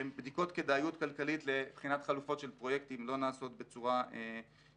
בדיקות כדאיות כלכלית לבחינת חלופות של פרויקטים לא נעשות בצורה מלאה.